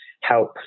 help